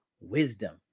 wisdom